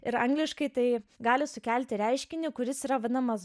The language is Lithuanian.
ir angliškai tai gali sukelti reiškinį kuris yra vadinamas